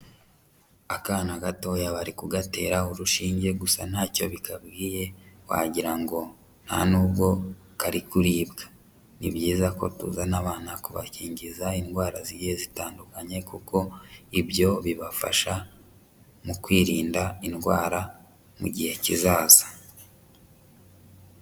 Akana gatoya bari kugatera urushinge, gusa ntacyo bikabwiye wagira ngo nta nubwo kari kuribwa, ni byiza ko tuzana abana kubakingiza indwara zigiye zitandukanye, kuko ibyo bibafasha mu kwirinda indwara mu gihe kizaza.